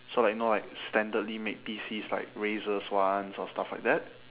so like no like standardly made PCs like razer's ones or stuff like that